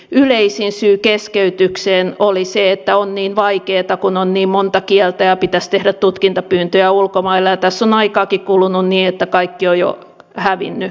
yleisin syy keskeytykseen oli se että on niin vaikeata kun on niin monta kieltä ja pitäisi tehdä tutkintapyyntöjä ulkomaille ja tässä on aikaakin kulunut niin että kaikki ovat jo hävinneet maisemista